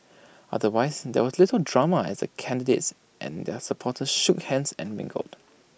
otherwise there was little drama as the candidates and their supporters shook hands and mingled